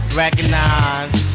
recognize